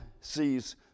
sees